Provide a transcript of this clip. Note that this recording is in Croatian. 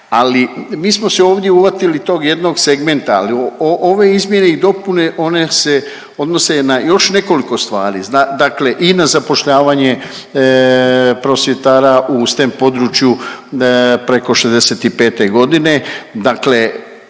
ali mi smo se ovdje uhvatili tog jednog segmenta ali ove izmjene i dopune, one se odnose na još nekoliko stvari, dakle i na zapošljavanje prosvjetara u stem području preko 65.-te godine, dakle